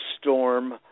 storm